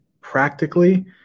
Practically